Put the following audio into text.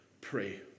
pray